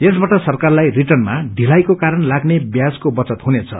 यबाट सरकारलाई रिद्रनमा ढिलाइको कारण लाग्ने व्याजको बचत हुनेछ